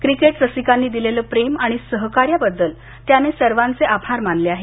cricket रसिकांनी दिलेलं प्रेम आणि सहकार्याबद्दल त्यान सर्वांचे आभार मानले आहेत